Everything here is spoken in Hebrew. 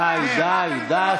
די, די, די.